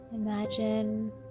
Imagine